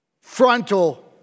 frontal